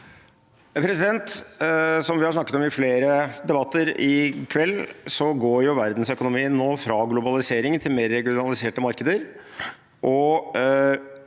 Som vi har snakket om i flere debatter i kveld, går verdensøkonomien nå fra globalisering til mer regionaliserte markeder.